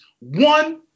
One